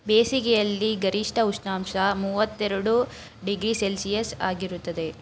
ಬೇಸಿಗೆಯಲ್ಲಿ ಗರಿಷ್ಠ ಉಷ್ಣಾಂಶ ಮೂವತ್ತೆರಡು ಡಿಗ್ರಿ ಸೆಲ್ಸಿಯಸ್ ಆಗಿರುತ್ತದೆ